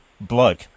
bloke